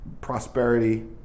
prosperity